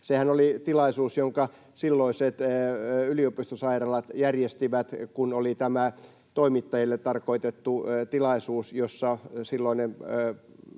Sehän oli tilaisuus, jonka silloiset yliopistosairaalat järjestivät, kun oli tämä toimittajille tarkoitettu tilaisuus, jossa silloinen